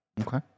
Okay